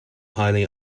highly